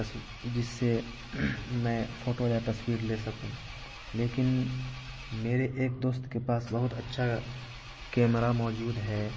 تصویر جس سے میں فوٹو یا تصویر لے سکوں لیکن میرے ایک دوست کے پاس بہت اچھا کیمرہ موجود ہے